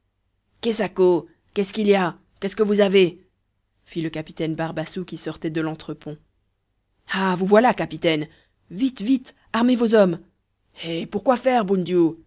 aco qu'est-ce qu'il y a qu'est-ce que vous avez fit le capitaine barbassou qui sortait de l'entrepont ah vous voilà capitaine vite vite armez vos hommes hé pourquoi faire